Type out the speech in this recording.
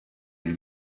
lui